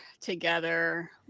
together